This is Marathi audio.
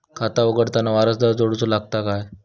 खाता उघडताना वारसदार जोडूचो लागता काय?